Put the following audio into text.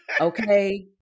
Okay